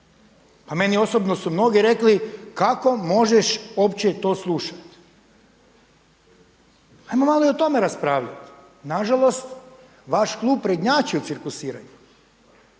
pa meni osobno su mnogi rekli kako možeš uopće to slušati. Ajmo malo i o tome raspravljati. Nažalost, vaš klub prednjači u cirkusiranju,